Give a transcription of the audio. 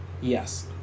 Yes